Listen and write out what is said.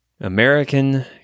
American